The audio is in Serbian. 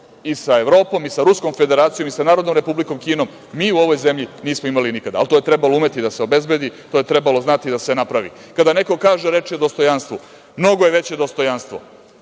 i sa Evropom i sa Ruskom Federacijom i sa Narodnom Republikom Kinom, mi u ovoj zemlji nismo imali nikada, ali to je trebalo umeti da se obezbedi, to je trebalo znati da se napravi. Kada neko kaže reč je o dostojanstvu. Mnogo je veće dostojanstvo